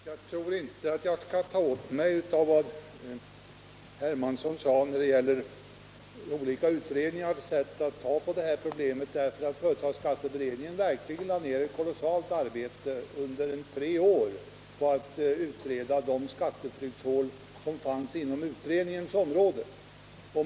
Herr talman! Jag tror inte jag skall ta åt mig av vad Carl-Henrik Hermansson sade när det gäller olika utredningars sätt att behandla detta problem. Företagsskatteberedningen lade verkligen ned ett kolossalt arbete under tre år på att utreda de skatteflyktshål som fanns inom utredningens område.